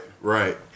Right